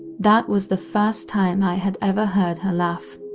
that was the first time i had ever heard her laugh,